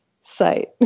site